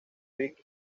vid